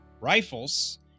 rifles